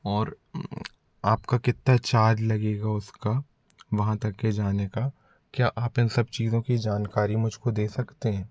और आपका कितना चार्ज लगेगा उसका वहाँ तक के जाने का क्या आप इन सब चीज़ों की जानकारी मुझ को दे सकते हैं